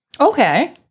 Okay